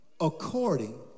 according